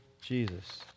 Jesus